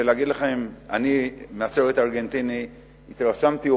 ולהגיד לכם: מהסרט הארגנטיני התרשמתי,